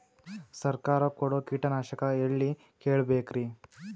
ಸರಕಾರ ಕೊಡೋ ಕೀಟನಾಶಕ ಎಳ್ಳಿ ಕೇಳ ಬೇಕರಿ?